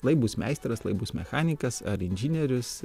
lai bus meistras lai bus mechanikas ar inžinierius